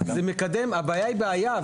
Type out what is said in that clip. הבעיה היא בעיה,